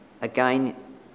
Again